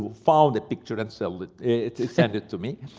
found a picture and sent it sent it to me,